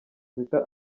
sita